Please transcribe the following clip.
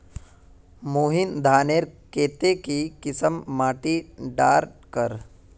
महीन धानेर केते की किसम माटी डार कर?